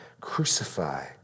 crucify